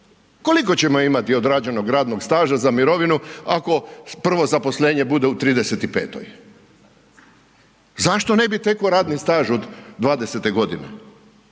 Koliko ćemo imati odrađenog radnog staža za mirovinu ako prvo zaposlenje bude u 35-toj? Zašto ne bi tekao radni staž od 20-te godine?